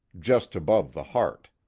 just above the heart.